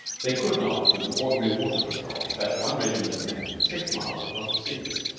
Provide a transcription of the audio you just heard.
they could not, with an ordinary water patrol, despatch one regiment of men six miles across the seas.